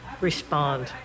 respond